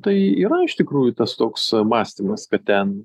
tai yra iš tikrųjų tas toks mąstymas kad ten